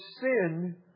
sin